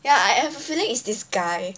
ya I have a feeling is this guy